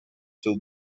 till